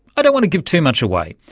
i don't want to give too much away,